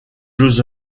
jeux